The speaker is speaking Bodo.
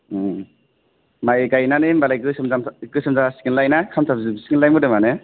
माइ गायनानै होमबालाय गोसोम गोसोम जासिगोनलाय ना खामथाबजोबसिगोन मोदोम आनो